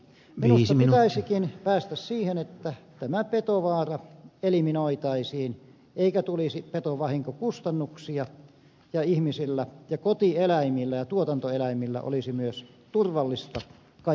minusta pitäisikin päästä siihen että tämä petovaara eliminoitaisiin eikä tulisi petovahinkokustannuksia ja ihmisillä ja kotieläimillä ja tuotantoeläimillä olisi myös turvallista kaikkialla